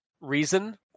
reason